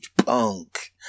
punk